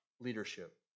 leadership